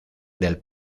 del